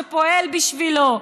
שפועל בשבילו,